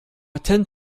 attend